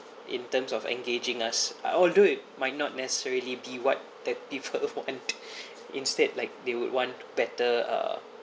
in terms of engaging us I will do it might not necessarily be what the people want and instead like they would want better uh